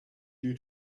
you